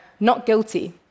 NotGuilty